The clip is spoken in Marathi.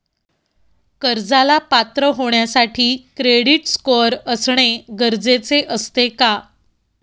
कर्जाला पात्र होण्यासाठी क्रेडिट स्कोअर असणे गरजेचे असते का?